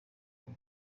bwo